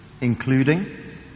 including